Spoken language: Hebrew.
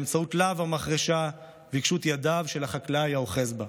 באמצעות להב המחרשה ועיקשות ידיו של החקלאי האוחז בה.